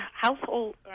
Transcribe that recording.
household